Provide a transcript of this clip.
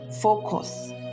focus